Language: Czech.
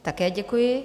Také děkuji.